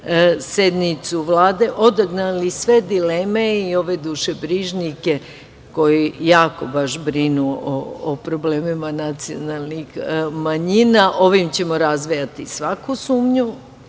sednicu Vlade, odagnali sve dileme i ove dušebrižnike koji jako baš brinu o problemima nacionalnih manjina, ovim ćemo razvejati svaku sumnju,